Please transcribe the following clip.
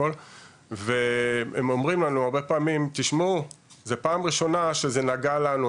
הם אומרים לנו הרבה פעמים תשמעו זו פעם ראשונה שזה נגע לנו,